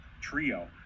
trio